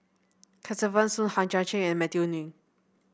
Kesavan Soon Hang Chang Chieh and Matthew Ngui